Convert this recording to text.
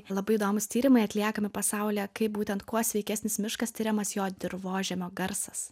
labai įdomūs tyrimai atliekami pasaulyje kaip būtent kuo sveikesnis miškas tiriamas jo dirvožemio garsas